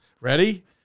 Ready